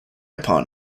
upon